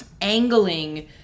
angling